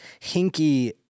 hinky